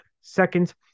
seconds